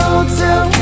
Hotel